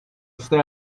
stare